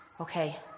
okay